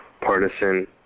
partisan